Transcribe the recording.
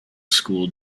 school